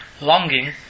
longing